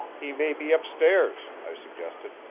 he may be up stairs, i suggested.